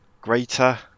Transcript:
greater